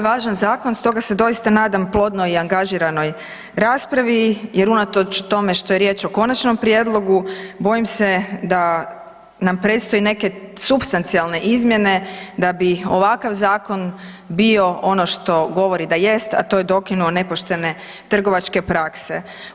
Ovo je važan zakon stoga se doista nadam plodnoj i angažiranoj raspravi jer unatoč tome što je riječ o konačnom prijedlogu, bojim se da nam predstoje neke supstancijalne izmjene da bi ovakav zakon bio ono što govori da jest a to je dokinuo nepoštene trgovačke prakse.